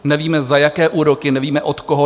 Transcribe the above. Nevíme, za jaké úroky, nevíme, od koho.